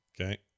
Okay